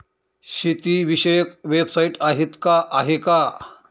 शेतीविषयक वेबसाइट आहे का?